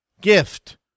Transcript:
gift